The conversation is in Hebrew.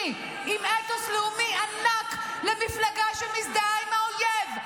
עם אתוס לאומי ענק למפלגה שמזדהה עם האויב,